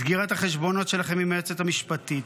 סגירת החשבונות שלכם עם היועצת המשפטית,